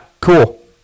Cool